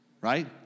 right